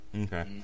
Okay